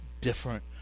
different